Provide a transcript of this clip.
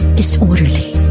disorderly